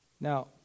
Now